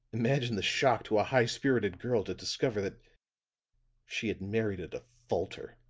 imagine the shock to a high spirited girl to discover that she had married a defaulter.